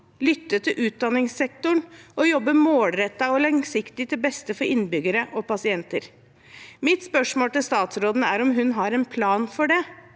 lytte til utdanningssektoren og jobbe målrettet og langsiktig til beste for innbyggere og pasienter. Mitt spørsmål til statsråden er om hun har en plan for det.